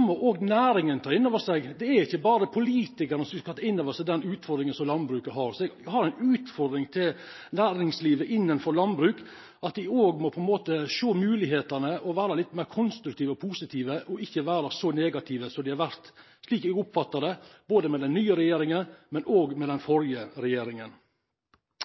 må næringa òg ta inn over seg. Det er ikkje berre politikarane som skal ta inn over seg den utfordringa som landbruket har. Eg har ei utfordring til næringslivet innanfor landbruk: Dei må òg sjå moglegheitene og vera litt meir konstruktive og positive, og ikkje vera så negative som dei har vore, slik eg oppfattar det, med både den nye regjeringa og den førre regjeringa.